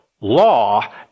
law